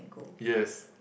yes